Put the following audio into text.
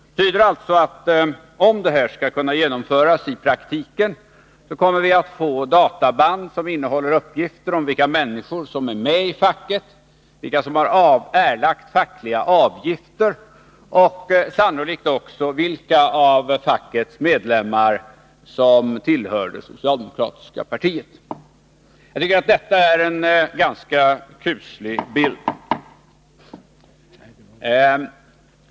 17 december 1982 Det betyder alltså, att om ett genomförande skall kunna ske i praktiken, kommer vi att få databand som innehåller uppgifter om vilka människor som Skattereduktion är med i facket, vilka som har erlagt fackliga avgifter och sannolikt också för fackföreningsvilka av fackets medlemmar som tillhör det socialdemokratiska partiet. Jag avgift tycker att detta är en ganska kuslig bild.